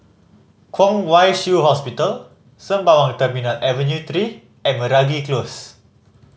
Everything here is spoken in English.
Kwong Wai Shiu Hospital Sembawang Terminal Avenue Three and Meragi Close